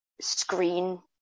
screen